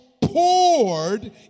poured